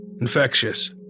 Infectious